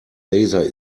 laser